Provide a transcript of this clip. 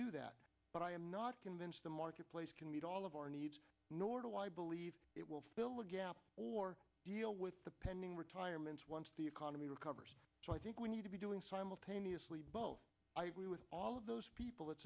do that but i am not convinced the marketplace can meet all of our needs nor do i believe it will fill a gap or deal with the pending retirements once the economy recovers so i think we need to be doing simultaneously both i agree with all of those people that